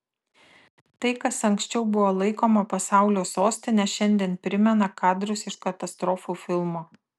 tai kas anksčiau buvo laikoma pasaulio sostine šiandien primena kadrus iš katastrofų filmo